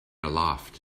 aloft